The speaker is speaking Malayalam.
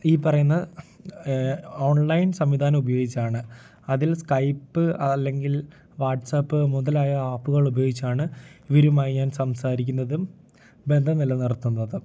ഈ പറയുന്ന ഓൺലൈൻ സംവിധാനം ഉപയോഗിച്ചാണ് അതിൽ സ്കൈപ്പ് അല്ലെങ്കിൽ വാട്ട്സപ്പ് മുതലായ ആപ്പ്കൾ ഉപയോഗിച്ചാണ് ഇവരുമായി ഞാൻ സംസാരിക്കുന്നതും ബന്ധം നിലനിർത്തുന്നതും